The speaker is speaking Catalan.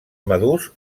madurs